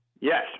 Yes